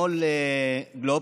מו"ל גלובס,